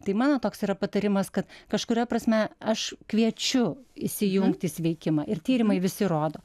tai mano toks yra patarimas kad kažkuria prasme aš kviečiu įsijungt į sveikimą ir tyrimai visi rodo